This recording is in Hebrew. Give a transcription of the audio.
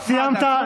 סיימת.